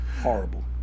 Horrible